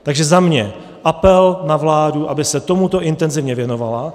Takže za mě apel na vládu, aby se tomuto intenzivně věnovala.